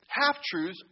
half-truths